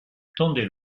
tendez